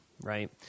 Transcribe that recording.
right